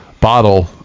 bottle